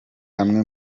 amwe